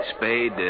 Spade